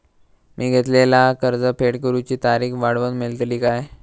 मी घेतलाला कर्ज फेड करूची तारिक वाढवन मेलतली काय?